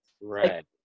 Right